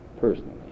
personally